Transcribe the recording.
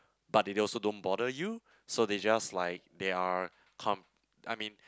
but they also don't bother you so they just like they're come I mean